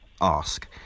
ask